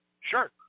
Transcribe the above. Sure